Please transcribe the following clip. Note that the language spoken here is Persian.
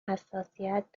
حساسیت